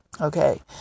Okay